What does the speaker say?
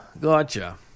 Gotcha